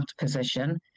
position